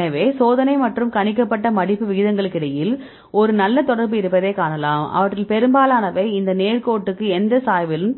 எனவே சோதனை மற்றும் கணிக்கப்பட்ட மடிப்பு விகிதங்களுக்கிடையில் ஒரு நல்ல தொடர்பு இருப்பதை காணலாம் அவற்றில் பெரும்பாலானவை இந்த நேர் கோட்டுக்கு இந்த சாய்வில்